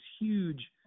huge